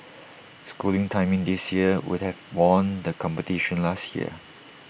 schooling's timing this year would have won the competition last year